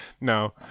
no